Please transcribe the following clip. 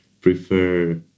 prefer